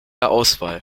auswahl